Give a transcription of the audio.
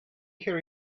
her